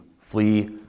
flee